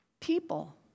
People